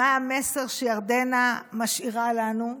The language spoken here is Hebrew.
מה המסר שירדנה משאירה לנו,